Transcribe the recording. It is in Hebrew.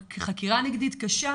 חקירה נגדית קשה,